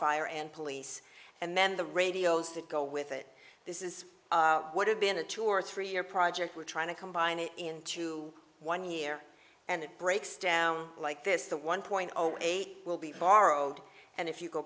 fire and police and then the radios that go with it this is what have been a tour three year project we're trying to combine it into one year and it breaks down like this the one point zero eight will be borrowed and if you go